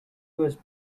was